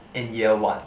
in year one